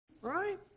Right